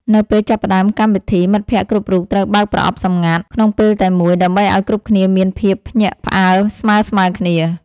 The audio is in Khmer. នៅពេលចាប់ផ្ដើមកម្មវិធី មិត្តភក្តិគ្រប់រូបត្រូវបើកប្រអប់សម្ងាត់ក្នុងពេលតែមួយ ដើម្បីឱ្យគ្រប់គ្នាមានភាពភ្ញាក់ផ្អើលស្មើៗគ្នា។